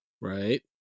right